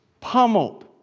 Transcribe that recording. pummeled